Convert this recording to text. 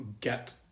get